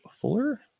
Fuller